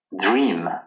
dream